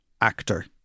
actor